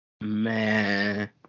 Man